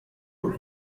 vous